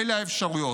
אלה האפשרויות.